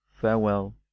farewell